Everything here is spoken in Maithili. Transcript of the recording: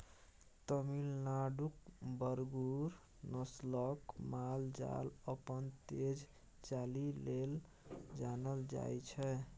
तमिलनाडुक बरगुर नस्लक माल जाल अपन तेज चालि लेल जानल जाइ छै